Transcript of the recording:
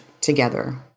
together